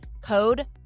Code